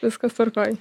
viskas tvarkoj